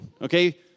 okay